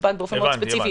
מנתב"ג באופן ספציפי.